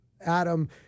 Adam